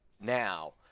now